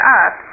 up